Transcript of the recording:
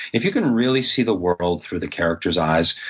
if you can really see the world through the character's eyes,